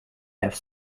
have